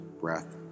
breath